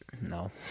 No